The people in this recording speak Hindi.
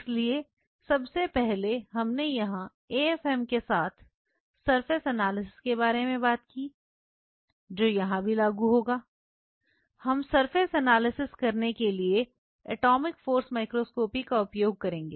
इसलिए सबसे पहले हमने यहां AFM के साथ सरफेस एनालिसिस के बारे में बात की जो यहां भी लागू होगा हम सरफेस एनालिसिस करने के लिए एटॉमिक फोर्स माइक्रोस्कोपी का उपयोग करेंगे